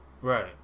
Right